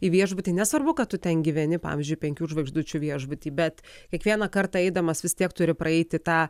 į viešbutį nesvarbu kad tu ten gyveni pavyzdžiui penkių žvaigždučių viešbuty bet kiekvieną kartą eidamas vis tiek turi praeiti tą